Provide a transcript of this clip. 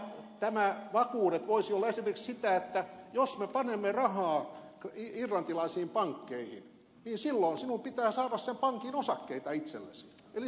vakuudet voisivat olla esimerkiksi sitä että jos me panemme rahaa irlantilaisiin pankkeihin silloin sinun pitää saada sen pankin osakkeita itsellesi eli suomen kansalle